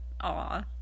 Aw